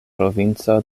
provinco